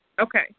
Okay